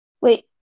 wait